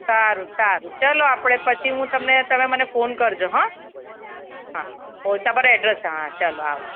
સારું સારું ચાલો આપણે પછી હું તમને તમે મને ફોન કરજો હં હા તમારા એડ્રેસ હા ચાલો આવ